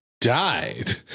died